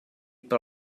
per